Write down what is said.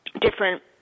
different